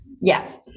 Yes